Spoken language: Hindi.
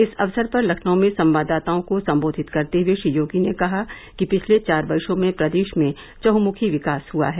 इस अवसर पर लखनऊ में संवाददाताओं को संबोधित करते हुए श्री योगी ने कहा कि पिछले चार वर्षो में प्रदेश में चहुमुखी विकास हुआ है